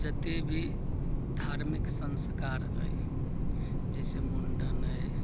जते भी धार्मिक संस्कार अय जैसे मुंडन अय